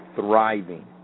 thriving